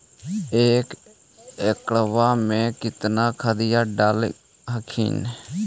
एक एकड़बा मे कितना खदिया डाल हखिन?